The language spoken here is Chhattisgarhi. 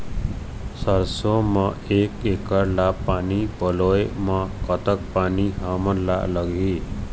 सरसों म एक एकड़ ला पानी पलोए म कतक पानी हमन ला लगही?